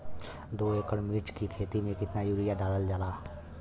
दो एकड़ मिर्च की खेती में कितना यूरिया डालल जाला?